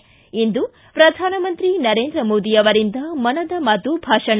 ಿ ಇಂದು ಪ್ರಧಾನಮಂತ್ರಿ ನರೇಂದ್ರ ಮೋದಿ ಅವರಿಂದ ಮನದ ಮಾತು ಭಾಷಣ